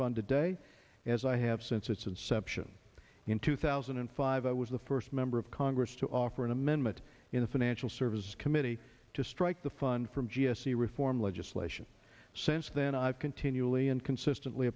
fund to day as i have since its inception in two thousand and five i was the first member of congress to offer an amendment in the financial services committee to strike the fund from g s t reform legislation since then i've continually and consistently